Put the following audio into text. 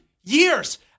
years